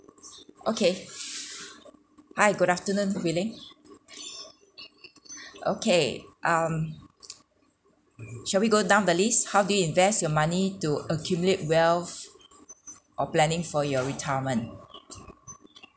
okay hi good afternoon huiling okay um shall we go down the list how do you invest your money to accumulate wealth or planning for your retirement